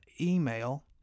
email